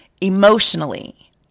emotionally